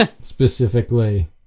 Specifically